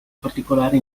particolari